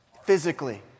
Physically